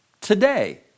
today